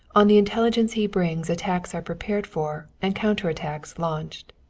on the intelligence he brings attacks are prepared for and counter-attacks launched.